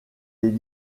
des